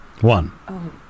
one